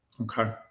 Okay